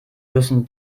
müssen